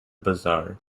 bazaar